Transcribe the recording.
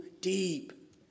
deep